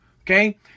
okay